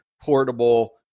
portable